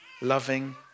Loving